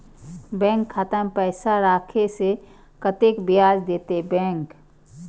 Bank खाता में पैसा राखे से कतेक ब्याज देते बैंक?